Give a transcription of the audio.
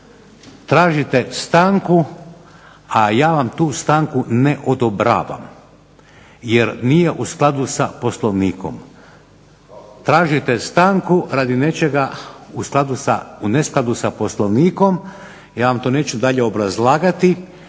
tražite stanku, a ja vam tu stanku ne odobravam jer nije u skladu sa Poslovnikom. Tražite stanku radi nečega u neskladu sa Poslovnikom. Ja vam to neću dalje obrazlagati